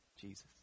Jesus